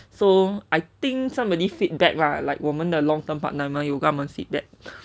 so I think somebody feedback right lah like 我们的 long term partner 可能有跟她们 feedback